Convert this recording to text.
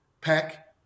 pack